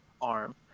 arm